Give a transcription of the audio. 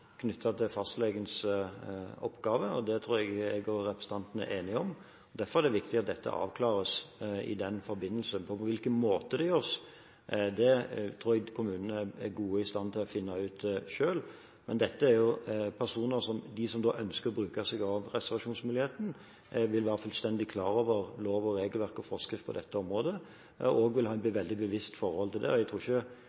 til fastlegens oppgave. Det tror jeg at representanten og jeg er enige om. Derfor er det viktig at dette avklares i den forbindelse. På hvilken måte det gjøres, tror jeg kommunene selv er i stand til å finne ut på en god måte. Men dette er jo personer – de som ønsker å benytte seg av reservasjonsmuligheten – som vil være fullstendig klar over lov- og regelverk og forskrift på dette området, og som også vil ha